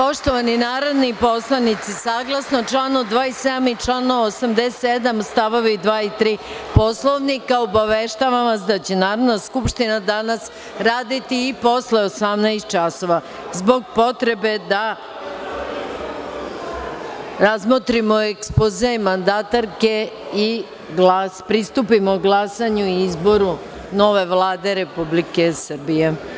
Poštovani narodni poslanici, saglasno članu 27. i članu 87. stavovi 2. i 3, obaveštavam vas da će Narodna skupština danas raditi i posle 18,00 časova zbog potrebe da razmotrimo ekspoze mandatarke i da pristupimo glasanju i izboru nove Vlade Republike Srbije.